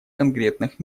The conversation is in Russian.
конкретных